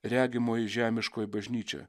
regimoji žemiškoji bažnyčia